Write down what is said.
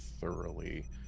thoroughly